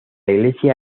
iglesia